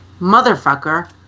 motherfucker